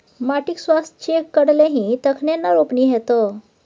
माटिक स्वास्थ्य चेक करेलही तखने न रोपनी हेतौ